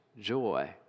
joy